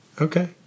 Okay